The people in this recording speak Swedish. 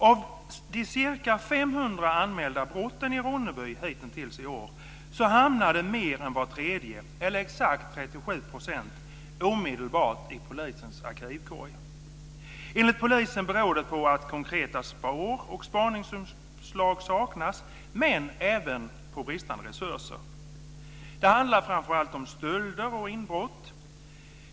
Av de ca 500 anmälda brotten i Ronneby hitintills i år hamnade mer än var tredje, eller exakt 37 %, omedelbart i polisens arkivkorg. Enligt polisen beror det på att konkreta spår och spaningsuppslag saknas men även på bristande resurser. Det handlar framför allt om stölder och inbrott.